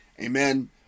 amen